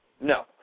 No